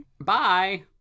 Bye